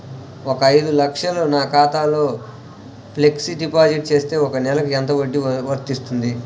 ఒక ఐదు లక్షలు నా ఖాతాలో ఫ్లెక్సీ డిపాజిట్ చేస్తే ఒక నెలకి ఎంత వడ్డీ వర్తిస్తుంది?